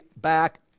back